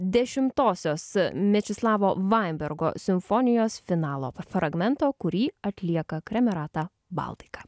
dešimtosios mečislovo vainbergo simfonijos finalo fragmento kurį atlieka kremerata baltika